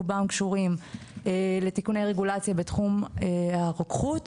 רובם קשורים לתיקוני רגולציה בתחום הרוקחות,